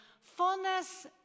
Fullness